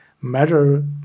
matter